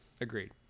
Agreed